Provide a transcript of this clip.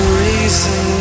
reason